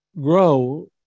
grow